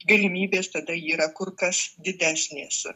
galimybės tada yra kur kas didesnės